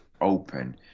open